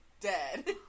dead